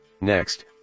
Next